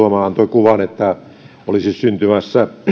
kuvan että olisi syntymässä